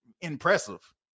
impressive